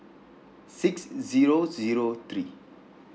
six zero zero three